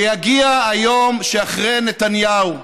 ויגיע היום שאחרי נתניהו,